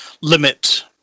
limit